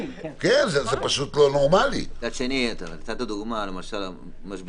מצד שני, אתה נתת דוגמה כמו המשביר.